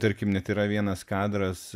tarkim net yra vienas kadras